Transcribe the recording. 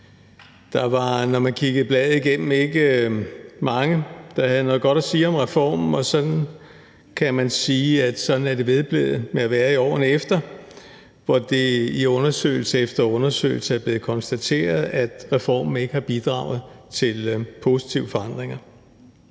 Der var, når man kiggede bladet igennem, ikke mange, der havde noget godt at sige om reformen, og sådan kan man sige det er vedblevet at være i årene efter, hvor det i undersøgelse efter undersøgelse er blevet konstateret, at reformen ikke har bidraget til positive forandringer.